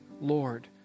Lord